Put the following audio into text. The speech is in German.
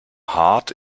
hart